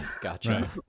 Gotcha